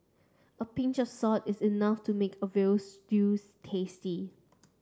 a pinch of salt is enough to make a veal stew tasty